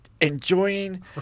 enjoying